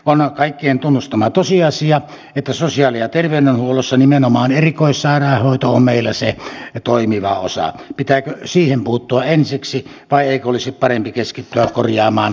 on kaikkien tunnustama tosiasia että sosiaali ja terveydenhuollossa nimenomaan erikoissairaanhoito on meillä se toimiva osa pitääkö siihen puuttua ensiksi vai eikö olisi parempi keskittyä korjaamaan perusterveydenhuoltoa